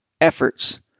efforts